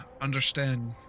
understand